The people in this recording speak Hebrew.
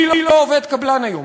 מי לא עובד קבלן היום?